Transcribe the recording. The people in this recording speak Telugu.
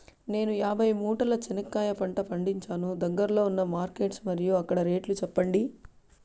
నేను యాభై మూటల చెనక్కాయ పంట పండించాను దగ్గర్లో ఉన్న మార్కెట్స్ మరియు అక్కడ రేట్లు చెప్పండి?